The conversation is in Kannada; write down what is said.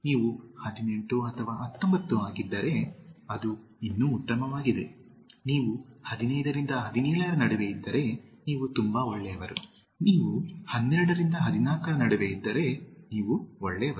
ನೀವು 18 ಅಥವಾ 19 ಆಗಿದ್ದರೆ ಅದು ಇನ್ನೂ ಉತ್ತಮವಾಗಿದೆ ನೀವು 15 ರಿಂದ 17 ರ ನಡುವೆ ಇದ್ದರೆ ನೀವು ತುಂಬಾ ಒಳ್ಳೆಯವರು ನೀವು 12 ರಿಂದ 14 ರ ನಡುವೆ ಇದ್ದರೆ ನೀವು ಒಳ್ಳೆಯವರು